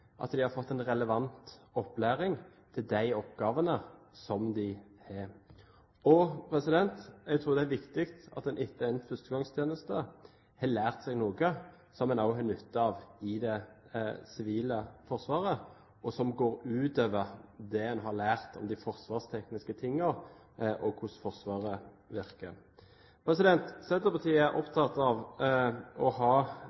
at de har fått en relevant opplæring til de oppgavene som de har. Jeg tror det er viktig at en etter endt førstegangstjeneste har lært seg noe som en også har nytte av i det sivile, og som går utover det en har lært om de forsvarstekniske tingene og om hvordan Forsvaret virker. Senterpartiet er opptatt av å ha